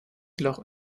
loch